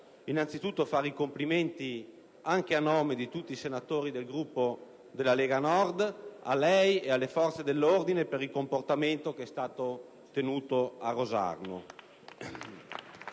innanzitutto fare i complimenti, anche a nome di tutti senatori del Gruppo Lega Nord, a lei e alle forze dell'ordine per il comportamento che è stato tenuto a Rosarno.